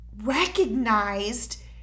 recognized